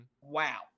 wow